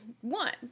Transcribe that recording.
one